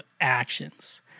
actions